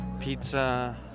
Pizza